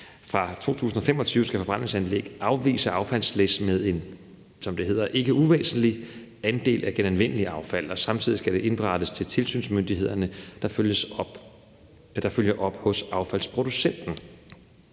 Fra 2025 skal forbrændingsanlæg afvise affaldslæs med en, som det hedder, ikke uvæsentlig andel af genanvendeligt affald. Samtidig skal det indberettes til tilsynsmyndighederne, der følger op hos affaldsproducenten.